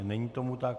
Není tomu tak.